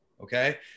Okay